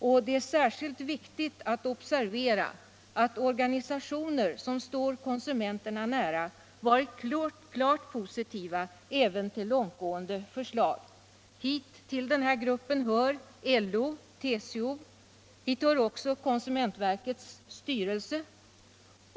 Och det är särskilt viktigt att observera, att organisationer som står konsumenterna nära har varit klart positiva även till långtgående förslag. Till denna grupp hör då LO, TCO och konsumentverkets styrelse.